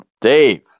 Dave